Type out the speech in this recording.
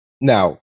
Now